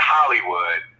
Hollywood